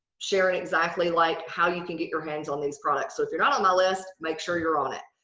share it exactly like how you can get your hands on these products. so if you're not on my list. make sure you're on it.